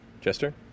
Jester